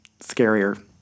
scarier